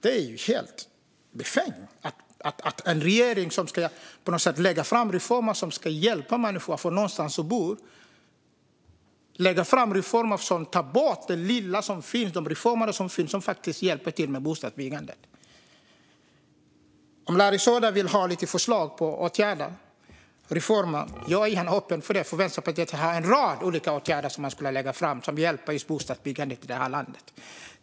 Det är helt befängt att en regering som ska lägga fram reformer som ska hjälpa människor att få någonstans att bo i stället tar bort det lilla som faktiskt hjälper upp bostadsbyggandet. Om Larry Söder vill ha lite förslag på åtgärder är jag öppen för det. Vänsterpartiet har en rad olika åtgärder att lägga fram som hjälper just bostadsbyggandet i det här landet.